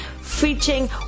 featuring